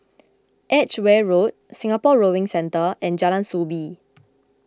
Edgeware Road Singapore Rowing Centre and Jalan Soo Bee